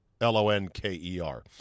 L-O-N-K-E-R